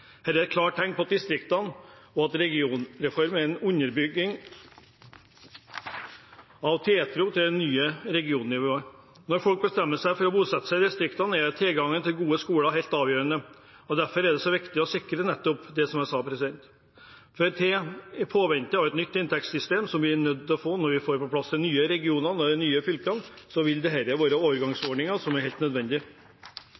er et klart tegn på at distriktene og regionreformen underbygger tiltroen til det nye regionnivået. Når folk bestemmer seg for å bosette seg i distriktene, er tilgangen til gode skoler helt avgjørende. Derfor er det så viktig å sikre nettopp dette. I påvente av et nytt inntektssystem, som vi er nødt til å få når vi får på plass de nye regionene, de nye fylkene, vil dette være overgangsordninger som er helt nødvendiged. Det